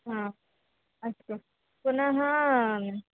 हा अस्तु पुनः